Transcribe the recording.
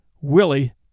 Willie